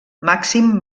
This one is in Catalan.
màxim